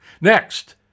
Next